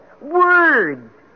Words